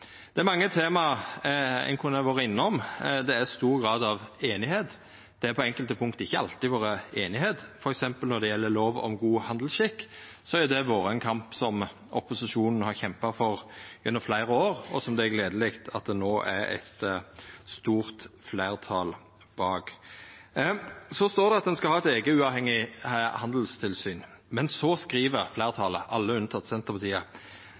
Det er mange tema ein kunne ha vore innom. Det er stor grad av einigheit. Det har på enkelte punkt ikkje alltid vore det. For eksempel når det gjeld lov om god handelsskikk, har det vore ein kamp opposisjonen har kjempa gjennom fleire år, og som det er gledeleg at det no er eit stort fleirtal bak. Det står at ein skal ha eit eige uavhengig handelstilsyn, men fleirtalet – alle unnateke Senterpartiet